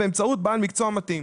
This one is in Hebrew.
באמצעות בעל מקצוע מתאים".